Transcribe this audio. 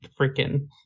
freaking